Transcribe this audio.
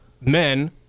men